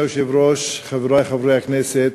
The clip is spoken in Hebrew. אדוני היושב-ראש, חברי חברי הכנסת,